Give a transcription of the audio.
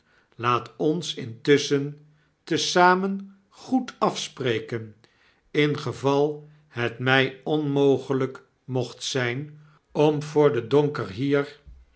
laat ons intusschen te zamen goed afspreken ingeval het mij onmogelijk mocht zyn om voor den donker hier